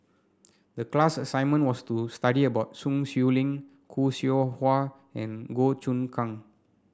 the class assignment was to study about Sun Xueling Khoo Seow Hwa and Goh Choon Kang